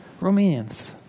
Romanians